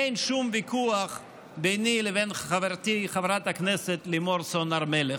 אין שום ויכוח ביני לבין חברתי חברת הכנסת לימור סון הר מלך.